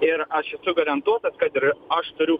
ir aš esu garantuotas kad ir aš turiu